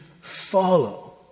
follow